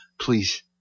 Please